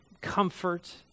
comfort